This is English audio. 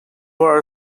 war